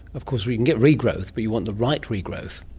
of course we can get regrowth but you want the right regrowth.